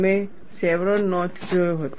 તમે chevron notch જોયો હતો